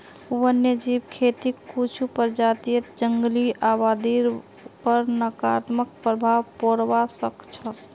वन्यजीव खेतीक कुछू प्रजातियक जंगली आबादीर पर नकारात्मक प्रभाव पोड़वा स ख छ